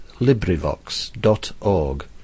LibriVox.org